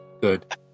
Good